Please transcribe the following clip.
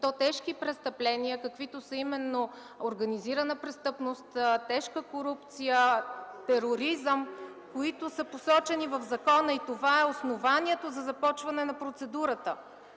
то тежки престъпления, каквито са именно организирана престъпност, тежка корупция, тероризъм, които са посочени в закона и това е основанието за започване на процедурата.